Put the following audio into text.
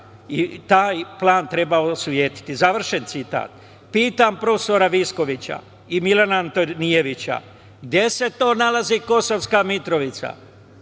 i taj plan treba osujetiti, završen citat. Pitam prof. Viskovića i Milana Antonijevića, gde se to nalazi Kosovska Mitrovica,